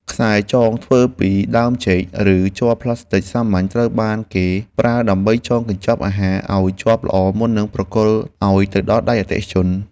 ខ្សែចងធ្វើពីដើមចេក ឬជ័រផ្លាស្ទិចសាមញ្ញត្រូវបានគេប្រើដើម្បីចងកញ្ចប់អាហារឱ្យជាប់ល្អមុននឹងប្រគល់ឱ្យទៅដល់ដៃអតិថិជន។